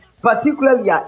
particularly